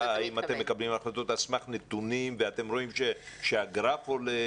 האם אתם מקבלים החלטות על סמך נתונים ואתם רואים שהגרף עולה?